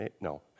No